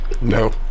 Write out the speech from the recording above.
No